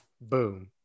Boom